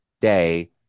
Day